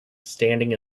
standing